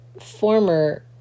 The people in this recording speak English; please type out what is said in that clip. former